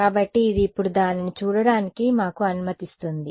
కాబట్టి ఇది ఇప్పుడు దానిని చూడటానికి మాకు అనుమతిస్తుంది